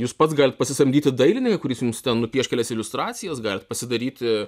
jūs pats galit pasisamdyti dailininką kuris jums ten nupieš kelias iliustracijas galit pasidaryti